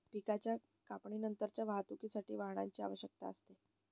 पिकाच्या कापणीनंतरच्या वाहतुकीसाठी वाहनाची आवश्यकता असते